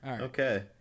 Okay